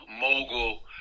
mogul